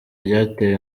ryatewe